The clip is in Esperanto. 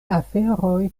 aferoj